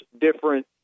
different